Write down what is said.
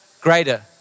Greater